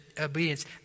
obedience